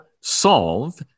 solve